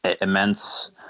immense